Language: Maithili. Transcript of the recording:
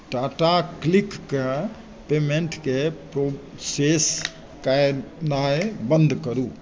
टाटाक्लिकके पेमेन्टके प्रोसेस कयनाइ बन्द करू